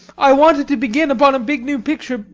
i wanted to begin upon a big new picture,